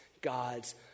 God's